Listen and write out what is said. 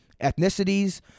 ethnicities